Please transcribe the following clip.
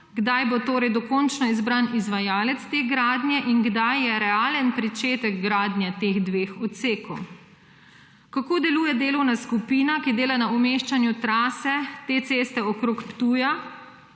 Kdaj bo dokončno izbran izvajalec te gradnje? Kdaj bo začetek gradnje teh dveh odsekov? Kako deluje delovna skupina, ki dela na umeščanju trase te ceste okrog Ptuja?